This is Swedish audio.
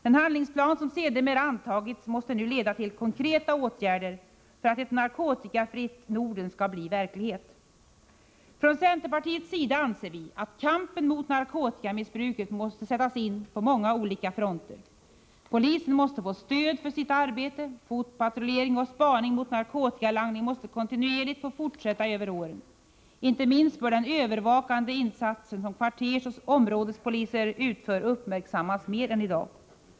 Den handlingsplan som sedermera antagits måste nu leda till konkreta åtgärder för att ett narkotikafritt Norden skall bli verklighet. Från centerpartiets sida anser vi att kampen mot narkotikamissbruket måste sättas in på många olika fronter. Polisen måste få stöd för sitt arbete. Fotpatrullering och spaning mot narkotikalangning måste kontinuerligt få fortsätta över åren. Inte minst bör den övervakande insats som kvartersoch områdespoliser utför uppmärksammas mer än i dag.